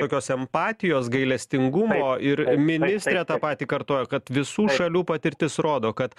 tokios empatijos gailestingumo ir ministrė tą patį kartojo kad visų šalių patirtis rodo kad